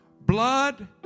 blood